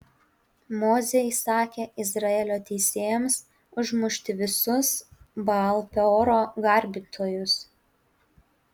mozė įsakė izraelio teisėjams užmušti visus baal peoro garbintojus